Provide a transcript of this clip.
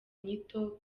inyito